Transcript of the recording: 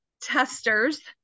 testers